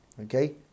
okay